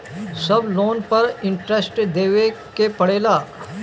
सब लोन पर इन्टरेस्ट देवे के पड़ेला?